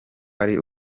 ari